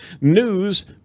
news